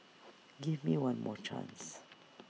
give me one more chance